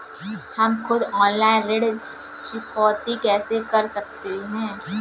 हम खुद ऑनलाइन ऋण चुकौती कैसे कर सकते हैं?